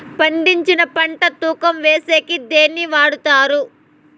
పండించిన పంట తూకం వేసేకి దేన్ని వాడతారు?